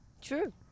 True